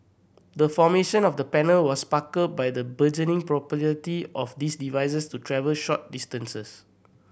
the formation of the panel was sparked by the burgeoning popularity of these devices to travel short distances